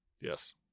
Yes